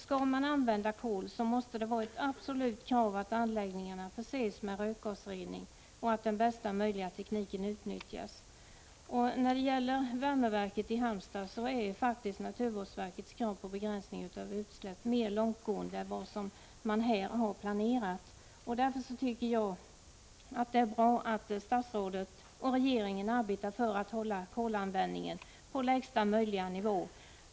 Skall man använda kol måste det vara ett absolut krav att anläggningarna förses med rökgasrening och att bästa möjliga teknik utnyttjas. Naturvårdsverkets krav på begränsning av utsläpp är faktiskt mer långtgående än man har planerat för när det gäller värmeverket i Halmstad. Därför tycker jag att det är bra att statsrådet och regeringen i övrigt arbetar för att hålla kolanvändningen på lägsta möjliga nivå.